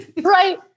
Right